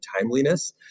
timeliness